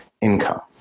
income